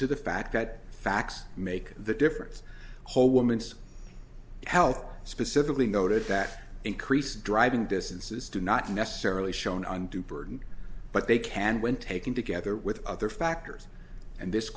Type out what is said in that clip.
to the fact that facts make the difference whole woman's health specifically noted that increase driving distances do not necessarily shown undue burden but they can when taken together with other factors and this